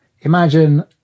Imagine